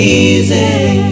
easy